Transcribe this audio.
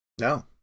No